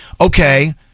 okay